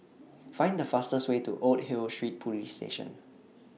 Find The fastest Way to Old Hill Street Police Station